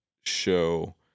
show